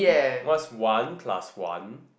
what's one plus one